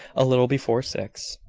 a little before six.